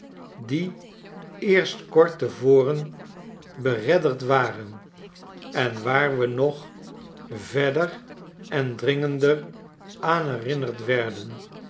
die eerst kort te voren beredderd waren en waar we nog verder en dringender aan herinnerd werden